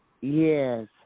yes